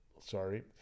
sorry